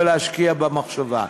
ולהשקיע בה מחשבה.